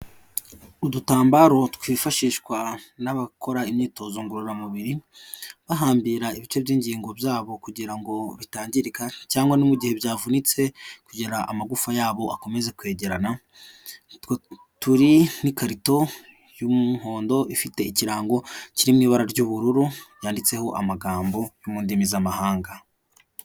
Udutambaro twifashishwa n'abakora imyitozo ngororamubiri, bahambira ibice by'ingingo byabo kugira ngo bitangirika cyangwa mu gihe byavunitse kugira amagufa yabo akomeze kwegerana, turi n'ikarito y'umuhondo ifite ikirango kiri mu ibara ry'ubururu, yanditseho amagambo yo mu ndimi z'amahanga.